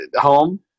Home